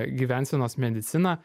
gyvensenos mediciną